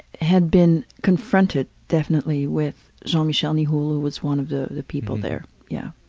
had been confronted definitely with jean michel nihoul, who was one of the the people there yeah.